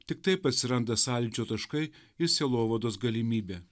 tik taip atsiranda sąlyčio taškai ir sielovados galimybė